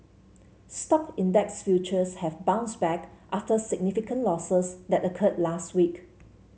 stock index futures have bounced back after significant losses that occurred last week